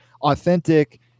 authentic